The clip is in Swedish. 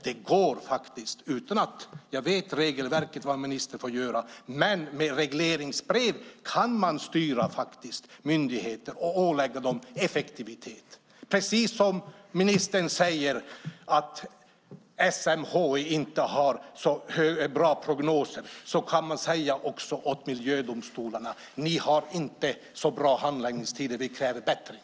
Jag kan regelverket för vad ministern får göra, men med regleringsbrev kan man styra myndigheter och ålägga dem effektivitet. Ministern säger att SMHI inte har så bra prognoser. Man kan också säga till miljödomstolarna att de inte har så bra handläggningstider och att vi kräver bättring.